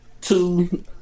two